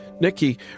Nikki